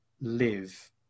live